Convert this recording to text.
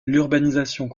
l’urbanisation